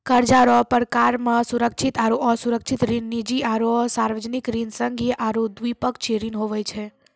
कर्जा रो परकार मे सुरक्षित आरो असुरक्षित ऋण, निजी आरो सार्बजनिक ऋण, संघीय आरू द्विपक्षीय ऋण हुवै छै